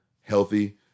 Healthy